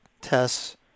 tests